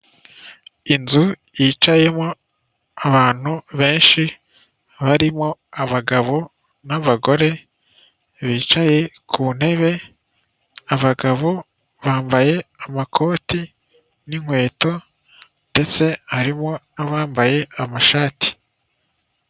Inzu yicayemo abantu benshi barimo abagabo n'abagore bicaye ku ntebe abagabo bambaye amakoti n'inkweto ndetse harimo n'abambaye amashati.